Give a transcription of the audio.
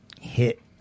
hit